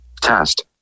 test